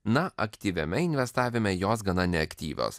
na aktyviame investavime jos gana neaktyvios